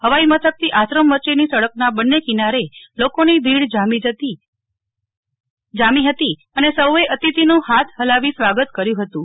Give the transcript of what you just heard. હવાઈ મથક થી આશ્રમ વચ્ચે ની સડક ના બંને કિનારે લોકો ની ભીડ જામી જતી અને સૌ એ અતિથિ નું હાથ હલાવી સ્વાગત કર્યું હતું